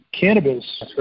cannabis